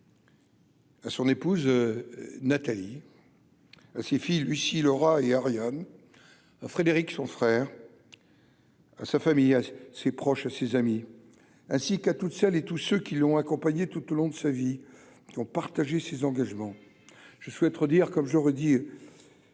à son épouse Nathalie, ces filles Lucie Laura et à Riom Frédéric son frère à sa famille, à ses proches, ses amis, ainsi qu'à toutes celles et tous ceux qui l'ont accompagné tout au long de sa vie, qui ont partagé ses engagements je souhaite redire comme je leur